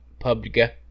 PUBG